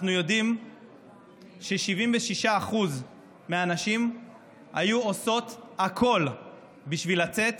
אנחנו יודעים ש-76% מהנשים היו עושות הכול בשביל לצאת